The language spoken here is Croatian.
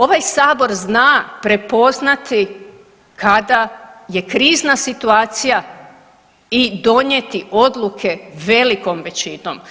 Ovaj sabor zna prepoznati kada je krizna situacija i donijeti odluke velikom većinom.